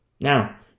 Now